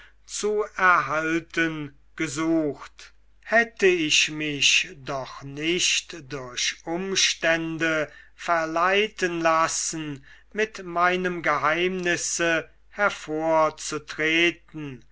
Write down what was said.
zu erhalten gesucht hätte ich mich doch nicht durch umstände verleiten lassen mit meinem geheimnisse